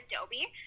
Adobe